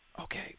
Okay